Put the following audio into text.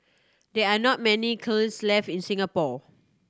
there are not many kilns left in Singapore